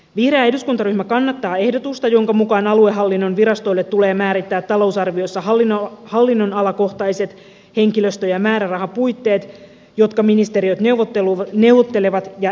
vihreä eduskuntaryhmä kannattaa ehdotusta jonka mukaan aluehallinnon virastoille tulee määrittää talousarviossa hallinnonalakohtaiset henkilöstö ja määrärahapuitteet jotka ministeriöt neuvottelevat ja eduskunta hyväksyy